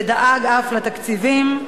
ודאג אף לתקציבים.